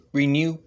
renew